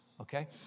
okay